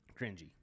cringy